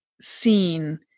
seen